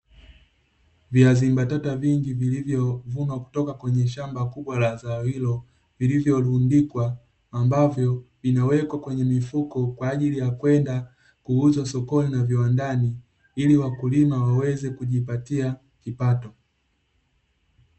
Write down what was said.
Viazi mbatata vingi vilivyovunwa kutoka kwenye shamba kubwa la zao hilo, vilivyorundikwa ambavyo vinawekwa kwenye mifuko kwa ajili ya kwenda kuuzwa sokoni na viwandani, ili wakulima waweze kujipatia kipato.